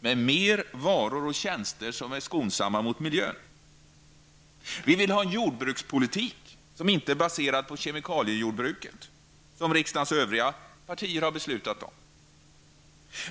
med mer varor och tjänster som är skonsamma mot miljön: -- Vi vill ha en jordbrukspolitik som inte är baserad på kemikaliejordbruket, något som riksdagens övriga partier har fattat beslut om.